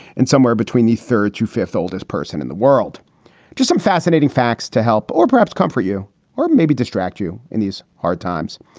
and somewhere between the third to fifth oldest person in the world just some fascinating facts to help or perhaps comfort you or maybe distract you in these hard times.